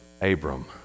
Abram